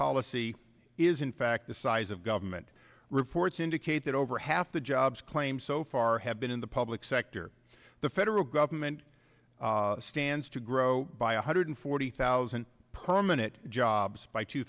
policy is in fact the size of government reports indicate that over half the jobs claims so far have been in the public sector the federal government stands to grow by one hundred forty thousand in it jobs by two